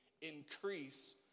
increase